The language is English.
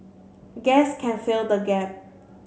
gas can fill the gap